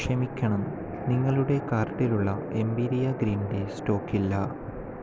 ക്ഷമിക്കണം നിങ്ങളുടെ കാർട്ടിലുള്ള എംപീരിയ ഗ്രീൻ ടീ സ്റ്റോക്കില്ല